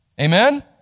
amen